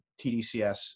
TDCS